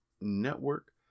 Network